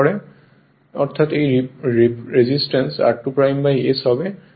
অর্থাৎ এই resistance r2 s হবে